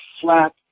flat